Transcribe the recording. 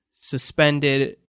suspended